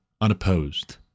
Unopposed